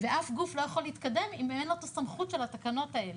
ואף גוף לא יכול להתקדם אם אין לו את הסמכות של התקנות האלה.